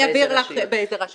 אני אעביר לך באיזה רשויות.